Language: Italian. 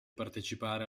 partecipare